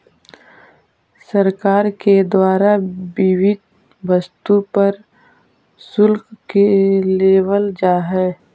सरकार के द्वारा विविध वस्तु पर शुल्क लेवल जा हई